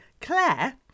Claire